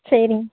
சரி